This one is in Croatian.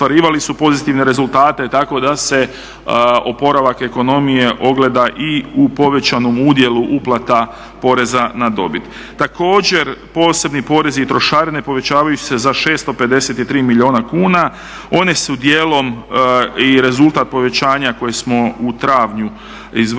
Također posebni porezi i trošarine povećavaju se za 653 milijuna kuna. One su dijelom i rezultat povećanja koje smo u travnju izvršili